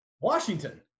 Washington